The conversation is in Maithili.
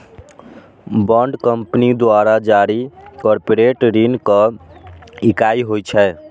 बांड कंपनी द्वारा जारी कॉरपोरेट ऋणक इकाइ होइ छै